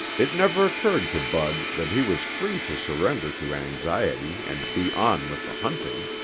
it never occurred to bud that he was free to surrender to anxiety and be on with the hunting.